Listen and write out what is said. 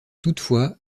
toutefois